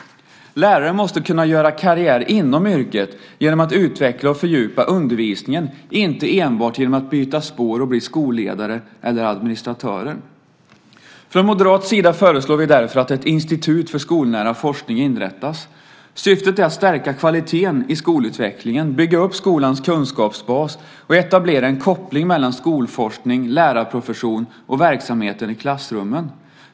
Lärare måste kunna göra karriär inom yrket genom att utveckla och fördjupa undervisningen, inte enbart genom att byta spår och bli skolledare eller administratörer. Från moderat sida föreslår vi därför att ett institut för skolnära forskning inrättas. Syftet är att stärka kvaliteten i skolutvecklingen, bygga upp skolans kunskapsbas och etablera en koppling mellan skolforskning, lärarprofession och verksamheten i klassrummen.